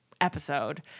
episode